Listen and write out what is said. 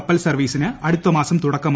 കപ്പൽ സർവ്വീസിന് അടുത്ത മാസം തുടക്കമാകും